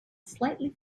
slightly